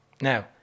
Now